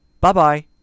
bye-bye